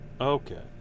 Okay